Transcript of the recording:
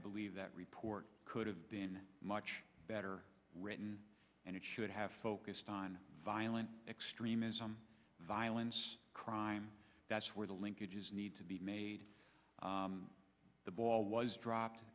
believe that report could have been much better written and it should have focused on violent extremism violence crime that's where the linkages need to be made the ball was dropped